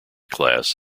class